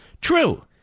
True